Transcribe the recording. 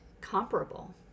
comparable